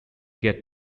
get